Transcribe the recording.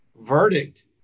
Verdict